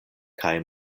kaj